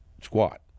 squat